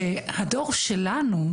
שהדור שלנו,